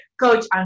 coach